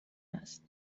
هست